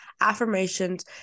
affirmations